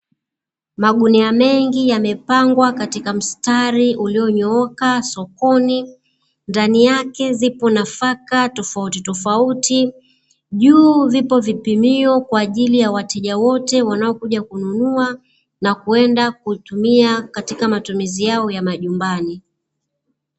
Magunia mengi yamepangwa katika mstari ulionyooka sokoni, ndani yake zipo nafaka tofautitofauti, juu vipo vipimio kwa ajili ya wateja wote wanaokuja kununua na kwenda kutumia katika matumizi yao ya majumbani.